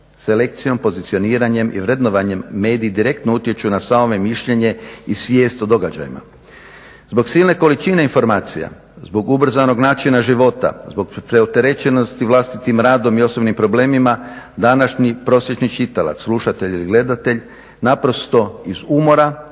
Selekcijom, pozicioniranjem i vrednovanjem mediji direktno utječu na stavove i mišljenje i svijest o događajima. Zbog silne količine informacija, zbog ubrzanog načina života, zbog preopterećenosti vlastitim radom i osobnim problemima današnji prosječni čitalac, slušatelj ili gledatelj naprosto iz umora